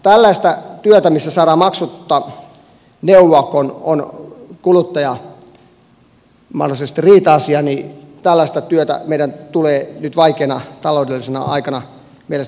tällaista työtä missä saadaan maksutta neuvoa kun on kuluttajalla mahdollisesti riita asia meidän tulee nyt vaikeana taloudellisena aikana mielestäni tukea